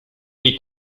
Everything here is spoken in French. les